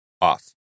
off